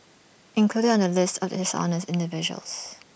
included on the list of dishonest individuals